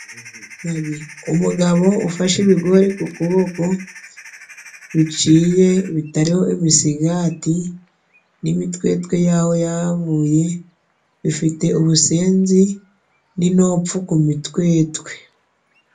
Umugabo ufashe ibigori ku kuboko, biciye, bitariho imisigati n'imitwetwe y'aho yavuye, bifite ubusenzi n'inopfu ku mitwetwe.